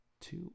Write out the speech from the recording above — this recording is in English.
two